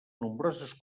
nombroses